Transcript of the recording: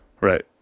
Right